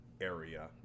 area